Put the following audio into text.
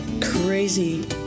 crazy